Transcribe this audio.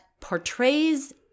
portrays